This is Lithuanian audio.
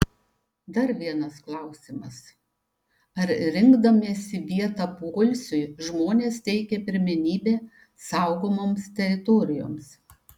dar vienas klausimas ar rinkdamiesi vietą poilsiui žmonės teikia pirmenybę saugomoms teritorijoms